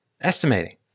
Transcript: estimating